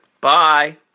Bye